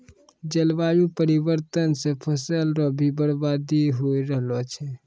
जलवायु परिवर्तन से फसल रो भी बर्बादी हो रहलो छै